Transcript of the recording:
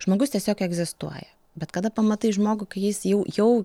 žmogus tiesiog egzistuoja bet kada pamatai žmogų kai jis jau jau